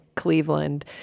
Cleveland